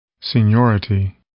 Seniority